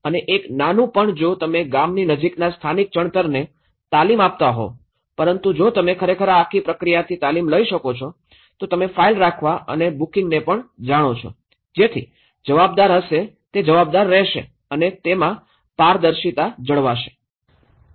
અને એક નાનું પણ જો તમે ગામની નજીકના સ્થાનિક ચણતરને તાલીમ આપતા હોવ પરંતુ જો તમે ખરેખર આ આખી પ્રક્રિયાથી તાલીમ લઈ શકો છો તો તમે ફાઇલ રાખવા અને બુકીંગને જાણો છો જેથી જવાબદાર હશે તે જવાબદાર રહેશે અને તે તેમાં પારદર્શિતા જાળવશે